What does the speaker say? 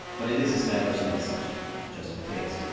but it is established as such just in case.